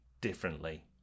differently